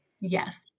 Yes